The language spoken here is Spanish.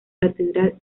catedral